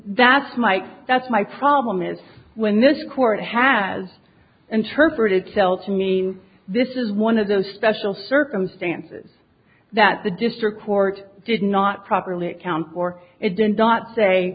that's my that's my problem is when this court has interpreted cell to mean this is one of those special circumstances that the district court did not properly account for it did not say